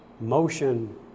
motion